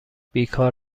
بیکار